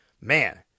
man